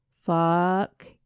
Fuck